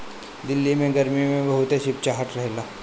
दिल्ली के गरमी में बहुते चिपचिपाहट रहेला